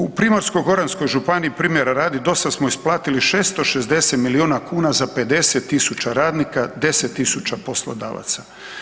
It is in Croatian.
U Primorsko-goranskoj županiji primjera radi do sad smo isplatili 660 milijuna kuna za 50.000 radnika 10.000 poslodavaca.